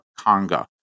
Conga